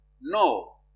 No